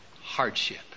hardship